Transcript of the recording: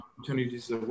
opportunities